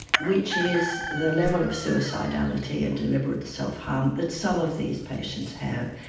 which is the level of suicidality and deliberate self-harm that some of these patients have.